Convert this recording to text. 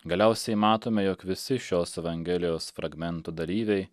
galiausiai matome jog visi šios evangelijos fragmento dalyviai